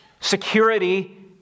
security